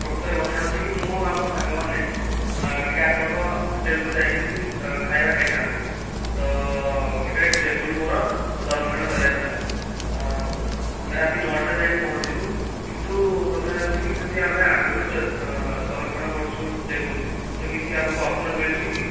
ପ୍ରକୃତରେ କଥା ହେଉଛି କି ମୁଁ ଆଉ ମୋ' ସାଙ୍ଗମାନେ ଟିକିଏ ଆପଣଙ୍କ ହୋଟେଲକୁ ଯାଇ କିଛି ଖାଇବା ଖାଇଥାନ୍ତୁ ତ ଗୋଟିଏ ଟେବୁଲ ମୋର ସଂରକ୍ଷଣ କରିବାର ଥିଲା ଆମେ ରାତି ନଅଟାରେ ଯାଇକି ପହଞ୍ଚିବୁ କିନ୍ତୁ କଥା ହେଉଛିକି ଯଦି ଆମେ ଆଗରୁ ସଂରକ୍ଷଣ କରୁଛୁ ଟେବୁଲ ତ କିଛି ଆମକୁ ଅଫର ମିଳୁଛି କି